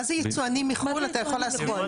מה זה יצואנים מחו"ל, אתה יכול להסביר?